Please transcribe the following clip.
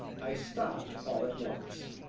i stopped all at once.